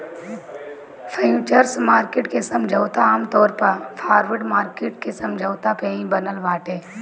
futures market के समझौता आमतौर पअ फॉरवर्ड मार्किट के समझौता पे ही बनल बाटे